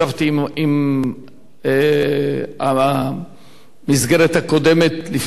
המסגרת הקודמת, לפני שכבודו הגיע למשרד,